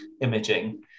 imaging